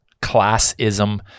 classism